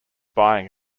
buying